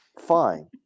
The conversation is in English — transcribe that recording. Fine